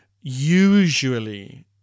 Usually